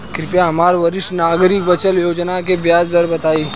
कृपया हमरा वरिष्ठ नागरिक बचत योजना के ब्याज दर बताई